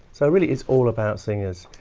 so really it's all about singers.